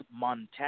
Montana